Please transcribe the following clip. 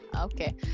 okay